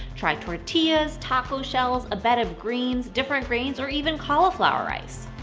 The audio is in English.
try tortillas, taco shells, a bed of greens, different grains or even cauliflower rice.